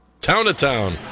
town-to-town